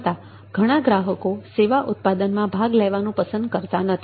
છતાં ઘણા ગ્રાહકો સેવાના ઉત્પાદનમાં ભાગ લેવાનું પસંદ કરતાં નથી